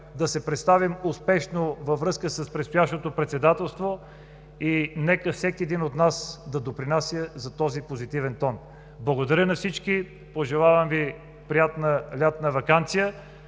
да се представим успешно във връзка с предстоящото председателство и нека всеки един от нас да допринася за този позитивен тон! Благодаря на всички! Пожелавам ви: приятна лятна ваканция!